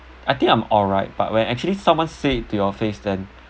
I think I'm alright but when actually someone say it to your face then